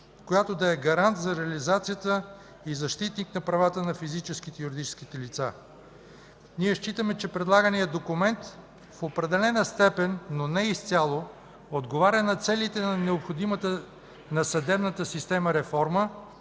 която да е гарант за реализацията и защитник на правата на физическите и юридическите лица. Ние считаме, че предлаганият документ в определена степен, но не изцяло, отговаря на целите на необходимата на съдебната система реформа